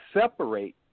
separate